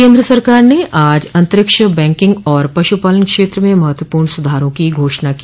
केन्द्र सरकार ने आज अतंरिक्ष बैंकिंग और पशुपालन क्षेत्र में महत्वपूर्ण सुधारों की घोषणा की